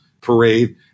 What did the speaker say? parade